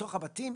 בתוך הבתים.